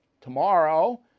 tomorrow